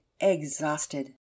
exhausted